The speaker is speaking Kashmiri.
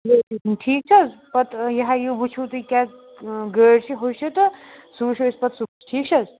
وٲتِو تُہۍ ٹھیٖک چھِ حظ پَتہٕ یہِ ہَے یہِ وٕچھُو تُہۍ کیٛاہ گٲڑۍ چھِ ہُہ چھِ تہٕ سُہ وٕچھو أسۍ پَتہٕ سُہ ٹھیٖک چھِ حظ